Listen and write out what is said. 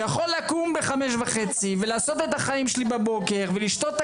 שיכול לקום ב-5:30 ולעשות את החיים שלי בבוקר ולשתות את